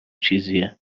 چیزیه